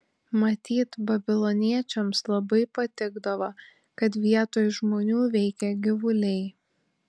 matyt babiloniečiams labai patikdavo kad vietoj žmonių veikia gyvuliai